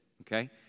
okay